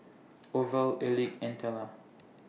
Orval Elick and Tella